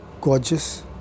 gorgeous